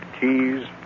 keys